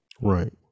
Right